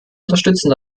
unterstützen